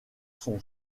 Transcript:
son